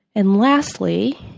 and, lastly,